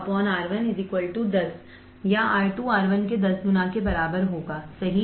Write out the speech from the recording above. तो R2 R1 10 या R2 R1 के 10 गुना के बराबर होगासही